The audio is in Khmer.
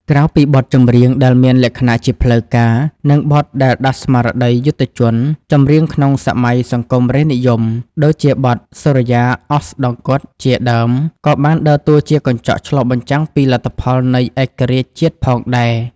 ក្រៅពីបទចម្រៀងដែលមានលក្ខណៈជាផ្លូវការ និងបទដែលដាស់ស្មារតីយុទ្ធជន ចម្រៀងក្នុងសម័យសង្គមរាស្ត្រនិយម ដូចជាបទ សូរិយាអស្តង្គត ជាដើម ក៏បានដើរតួជាកញ្ចក់ឆ្លុះបញ្ចាំងពីលទ្ធផលនៃឯករាជ្យជាតិផងដែរ។